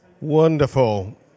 Wonderful